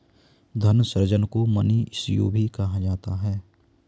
धन सृजन को मनी इश्यू भी कहा जाता है